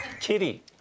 Kitty